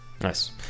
Nice